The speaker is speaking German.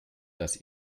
das